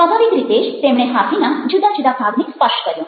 સ્વાભાવિક રીતે જ તેમણે હાથીના જુદા જુદા ભાગને સ્પર્શ કર્યો